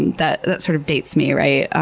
that that sort of dates me, right?